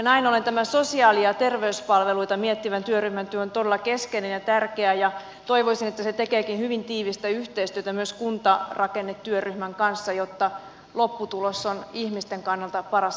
näin ollen tämän sosiaali ja terveyspalveluita miettivän työryhmän työ on todella keskeinen ja tärkeä ja toivoisin että se tekeekin hyvin tiivistä yhteistyötä myös kuntarakennetyöryhmän kanssa jotta lopputulos on ihmisten kannalta paras mahdollinen